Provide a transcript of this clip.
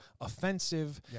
offensive